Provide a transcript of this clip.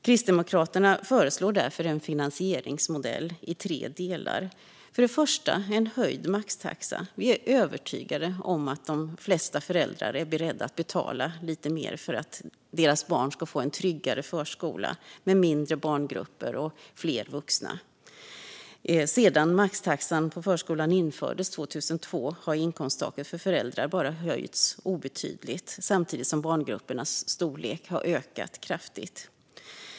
Kristdemokraterna föreslår därför en finansieringsmodell i tre delar. För det första: en höjd maxtaxa. Vi är övertygade om att de flesta föräldrar är beredda att betala lite mer för att deras barn ska få en tryggare förskola med mindre barngrupper och fler vuxna. Sedan maxtaxan på förskolan infördes 2002 har inkomsttaket för föräldrar bara höjts obetydligt, samtidigt som barngruppernas storlek har ökat kraftigt.